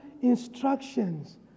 instructions